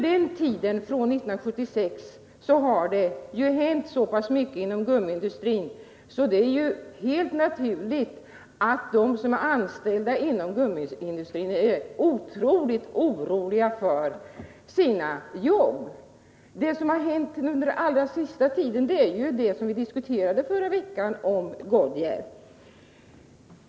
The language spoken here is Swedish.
Sedan dess har det hänt så mycket inom gummiindustrin att det är helt naturligt att de som är anställda inom gummiindustrin är mycket oroliga för sina jobb. Under allra senaste tiden har det hänt som vi diskuterade förra veckan, nämligen hotet om nedläggning av Goodyear.